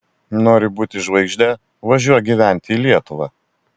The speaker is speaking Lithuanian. nori būti žvaigžde važiuok gyventi į lietuvą